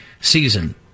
season